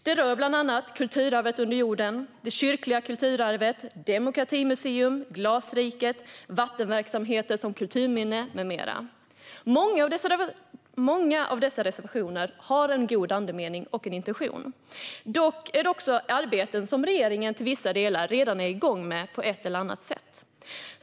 De rör bland annat kulturarvet under jorden, det kyrkliga kulturarvet, demokratimuseum, Glasriket, vattenverksamheter som kulturminne med mera. Många av reservationerna har en god andemening och goda intentioner. Dock gäller de i vissa fall arbeten som regeringen redan är igång med på ett eller annat sätt.